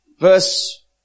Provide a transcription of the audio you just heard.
verse